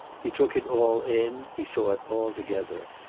he took it all in, he saw it all together.